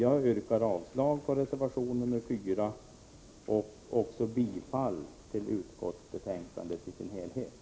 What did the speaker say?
Jag yrkar avslag på reservation 4 och bifall till utskottets hemställan i dess helhet.